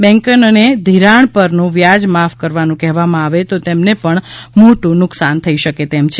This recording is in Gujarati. બેન્કોને નો ધિરાણ પરનું વ્યાજ માફ કરવાનું કહેવામાં આવે તો તેમને પણ મોટું નુકસાન થઈ શકે તેમ છે